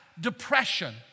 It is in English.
depression